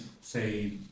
say